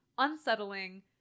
unsettling